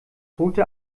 holte